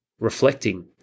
reflecting